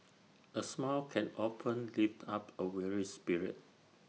A smile can often lift up A weary spirit